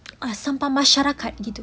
sampah masyarakat